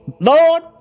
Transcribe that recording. Lord